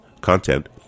content